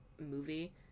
movie